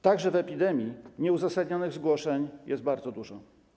Także w czasie epidemii nieuzasadnionych zgłoszeń jest bardzo dużo.